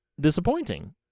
disappointing